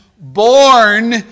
born